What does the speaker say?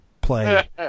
play